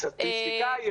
סטטיסטיקאי,